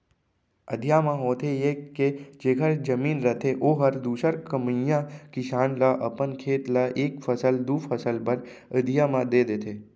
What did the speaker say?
अधिया म होथे ये के जेखर जमीन रथे ओहर दूसर कमइया किसान ल अपन खेत ल एक फसल, दू फसल बर अधिया म दे देथे